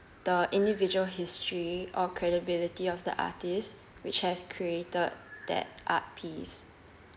the individual history or credibility of the artist which has created that art piece